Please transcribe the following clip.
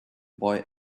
boy